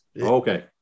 Okay